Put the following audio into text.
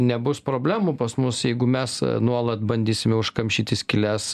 nebus problemų pas mus jeigu mes nuolat bandysime užkamšyti skyles